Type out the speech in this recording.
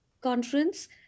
conference